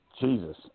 Jesus